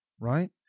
right